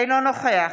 אינו נוכח